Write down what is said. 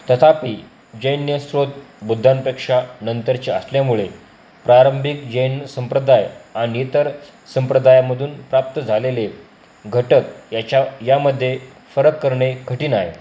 तथापि जैन स्रोत बुद्धांपेक्षा नंतरची असल्यामुळे प्रारंभिक जैन संप्रदाय आणि इतर संप्रदायामधून प्राप्त झालेले घटक याच्या यामध्ये फरक करणे कठीण आहे